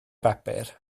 bapur